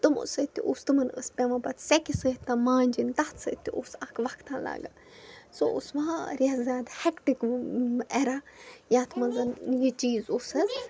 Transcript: تِمو سۭتۍ تہِ اوس تِمَن ٲس پٮ۪وان پَتہٕ سٮ۪کہِ سۭتۍ تِم مانٛجِنۍ تَتھ سۭتۍ تہٕ اوس اَکھ وقتَہ لَگان سُہ اوس واریاہ زیادٕ ہٮ۪کٹِک اٮ۪را یَتھ منٛز یہِ چیٖز اوس حظ